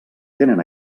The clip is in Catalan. tenen